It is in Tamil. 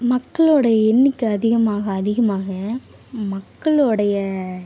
மக்களுடய எண்ணிக்கை அதிகமாக அதிகமாக மக்களுடைய